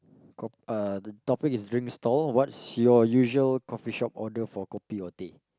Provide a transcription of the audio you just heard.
co~ uh the topic is drink stall what's your usual coffee shop order for kopi or teh